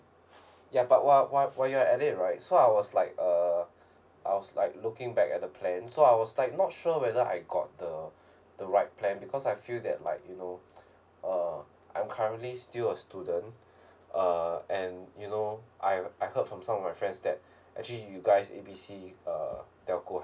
ya but while while while you're at it right so I was like uh I was like looking back at the plan so I was like not sure whether I got the the right plan because I feel that like you know uh I'm currently still a student uh and you know I I heard from some of my friends that actually you guys A B C uh telco